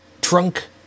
trunk